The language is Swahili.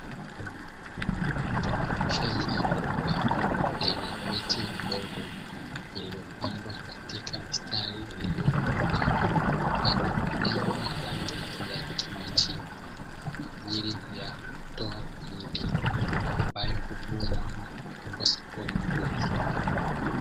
Shamba kubwa lenye miti midogo iliyopandwa katika mistari iliyonyooka, yenye majani ya rangi ya kijani kibichi, kwaajili ya kutoa mahindi ambayo huvunwa na kupelekwa sokoni kuuzwa.